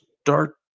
start